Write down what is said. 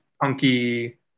punky